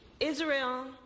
Israel